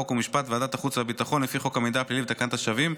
חוק ומשפט וועדת החוץ והביטחון לפי חוק המידע הפלילי ותקנת השבים,